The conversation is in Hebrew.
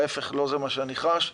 להיפך, לא זה מה שאני חש.